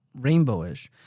rainbowish